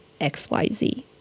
XYZ